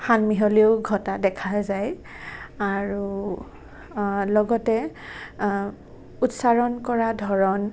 সানমিহলিও ঘটা দেখা যায় আৰু লগতে উচ্চাৰণ কৰাৰ ধৰণ